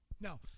Now